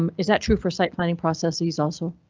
um is that true for site planning processes also?